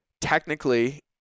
Technically